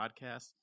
Podcast